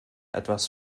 etwas